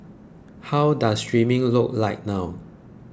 how does streaming look like now